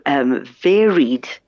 varied